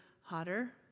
hotter